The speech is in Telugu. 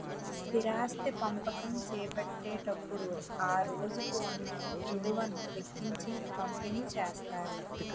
స్థిరాస్తి పంపకం చేపట్టేటప్పుడు ఆ రోజుకు ఉన్న విలువను లెక్కించి పంపిణీ చేస్తారు